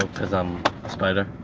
because i'm a spider?